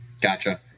Gotcha